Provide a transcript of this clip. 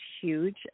huge